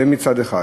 זה מצד אחד.